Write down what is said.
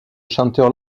chanteur